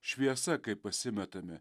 šviesa kai pasimetame